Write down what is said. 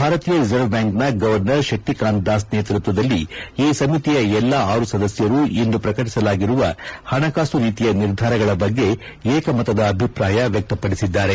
ಭಾರತೀಯ ರಿಸರ್ವ್ ಬ್ಯಾಂಕ್ನ ಗವರ್ನರ್ ಶಕ್ತಿಕಾಂತ್ ದಾಸ್ ನೇತೃತ್ವದಲ್ಲಿ ಈ ಸಮಿತಿಯ ಎಲ್ಲಾ ಆರು ಸದಸ್ಯರು ಇಂದು ಪ್ರಕಟಿಸಲಾಗಿರುವ ಹಣಕಾಸು ನೀತಿಯ ನಿರ್ಧಾರಗಳ ಬಗ್ಗೆ ಏಕಮತದ ಅಭಿಪ್ರಾಯ ವ್ಯಕ್ತಪಡಿಸಿದ್ದಾರೆ